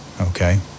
Okay